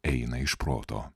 eina iš proto